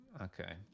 Okay